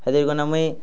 ହେଥିର୍ ଗୁନେ ମୁଇଁ